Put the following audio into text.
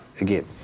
again